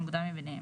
המוקדם מביניהם.